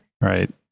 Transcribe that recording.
Right